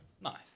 Nice